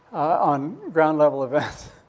on ground-level events.